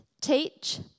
teach